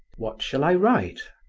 what shall i write?